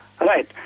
right